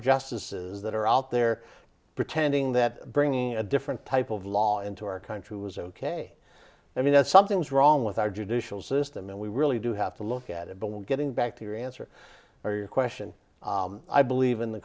justices that are out there pretending that bringing a different type of law into our country was ok i mean something's wrong with our judicial system and we really do have to look at it but we're getting back to your answer or your question i believe in the